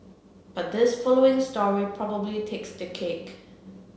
but this following story probably takes the cake